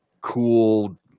cool